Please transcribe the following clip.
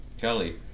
Kelly